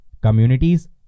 communities